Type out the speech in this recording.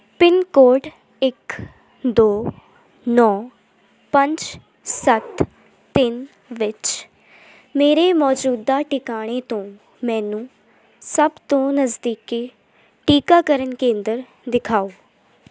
pin code ਇੱਕ ਦੋ ਨੌ ਪੰਜ ਸੱਤ ਤਿੰਨ ਵਿੱਚ ਮੇਰੇ ਮੌਜੂਦਾ ਟਿਕਾਣੇ ਤੋਂ ਮੈਨੂੰ ਸਭ ਤੋਂ ਨਜ਼ਦੀਕੀ ਟੀਕਾਕਰਨ ਕੇਂਦਰ ਦਿਖਾਓ